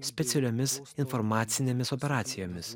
specialiomis informacinėmis operacijomis